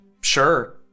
Sure